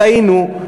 טעינו,